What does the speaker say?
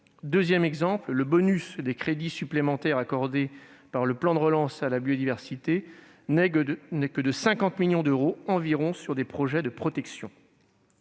Deuxièmement, le « bonus » des crédits supplémentaires accordés par le plan de relance à la biodiversité n'est que de 50 millions d'euros environ sur des projets de protection.